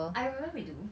I remember we do